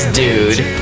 dude